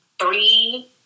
three